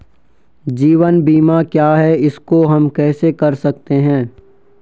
जीवन बीमा क्या है इसको हम कैसे कर सकते हैं?